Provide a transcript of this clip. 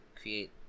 create